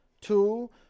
two